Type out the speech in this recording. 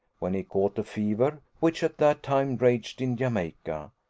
when he caught a fever, which at that time raged in jamaica,